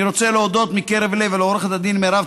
אני רוצה להודות מקרב לב לעו"ד מירב